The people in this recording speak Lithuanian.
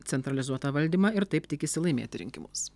centralizuotą valdymą ir taip tikisi laimėti rinkimus